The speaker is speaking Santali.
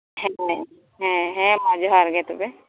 ᱦᱮᱸ ᱦᱮᱸ ᱦᱮᱸ ᱢᱟ ᱡᱚᱦᱟᱨᱜᱮ ᱛᱚᱵᱮ